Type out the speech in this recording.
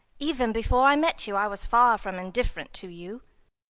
even before i met you i was far from indifferent to you.